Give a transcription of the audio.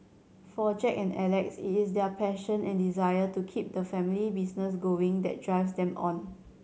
for Jack and Alex it is their passion and desire to keep the family business going that drives them on